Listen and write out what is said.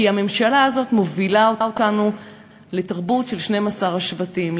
כי הממשלה הזאת מובילה אותנו לתרבות של 12 השבטים,